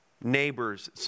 Neighbors